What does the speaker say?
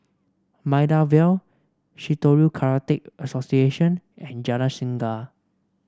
Maida Vale Shitoryu Karate Association and Jalan Singa